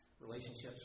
relationships